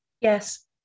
Yes